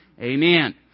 Amen